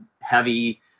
heavy